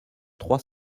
trois